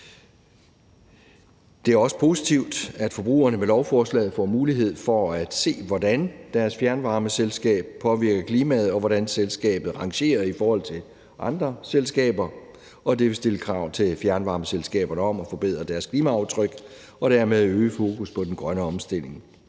Det er også positivt, at forbrugerne med lovforslaget får mulighed for at se, hvordan deres fjernvarmeselskab påvirker klimaet, og hvordan selskabet rangerer i forhold til andre selskaber. Det vil stille krav til fjernvarmeselskaberne om at forbedre deres klimaaftryk og dermed øge fokus på den grønne omstilling.